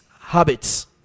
habits